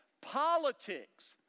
politics